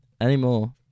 Anymore